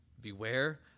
Beware